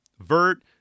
Vert